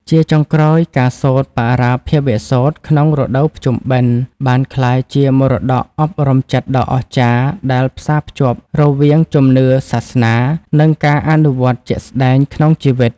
ជាចុងក្រោយ ការសូត្របរាភវសូត្រក្នុងរដូវភ្ជុំបិណ្ឌ បានក្លាយជាមរតកអប់រំចិត្តដ៏អស្ចារ្យដែលផ្សារភ្ជាប់រវាងជំនឿសាសនា និងការអនុវត្តជាក់ស្ដែងក្នុងជីវិត។